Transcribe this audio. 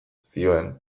zioen